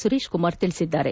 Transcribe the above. ಸುರೇಶ್ ಕುಮಾರ್ ತಿಳಿಸಿದ್ದಾರೆ